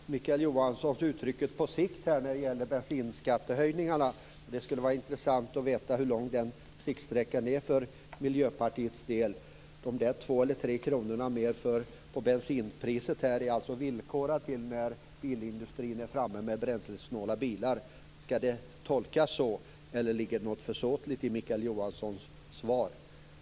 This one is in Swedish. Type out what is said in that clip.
Fru talman! Nu väljer Mikael Johansson uttrycket "på sikt" när det gäller bensinskattehöjningarna. Det skulle vara intressant att veta hur lång den siktsträckan är för Miljöpartiets del. Höjningen av bensinpriset med 2 eller 3 kr är alltså villkorad till när bilindustrin har kommit fram med bränslesnåla bilar. Skall det tolkas så, eller ligger det något försåtligt i Mikael Johanssons svar?